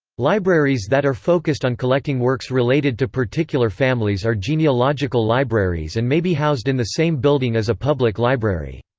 libraries that are focused on collecting works related to particular families are genealogical libraries and may be housed in the same building as a public library.